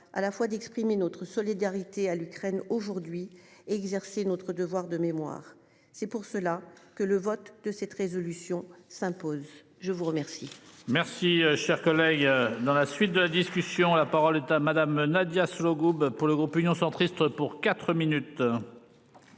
à la fois d'exprimer notre solidarité à l'Ukraine aujourd'hui exercer notre devoir de mémoire. C'est pour cela que le vote de cette résolution s'impose. Je vous remercie.